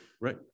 right